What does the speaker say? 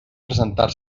presentar